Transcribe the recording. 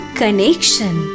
connection